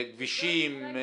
כבישים.